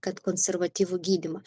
kad konservatyvų gydymą